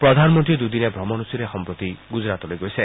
প্ৰধানমন্ত্ৰী দুদিনীয়া ভ্ৰমণসূচীৰে সম্প্ৰতি গুজৰাটলৈ গৈছে